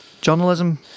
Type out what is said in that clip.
journalism